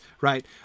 Right